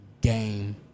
Game